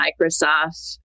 Microsoft